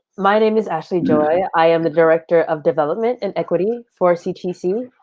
my name is ashley joy. i am the director of development and equity for ctc.